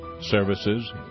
services